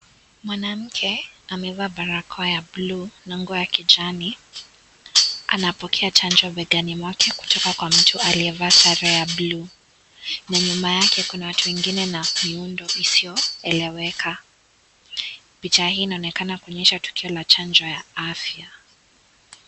Mwanamke amevaa barakoa ya buluu na nguo ya kijani anapokea chanjo begani mwake kutoka kwa mtu aliyevaa sare ya buluu na nyuma yake kuna watu wengine na miundo isiyoeleweka, picha hii inaonekana kuonyesha tukio la chanjo la afya.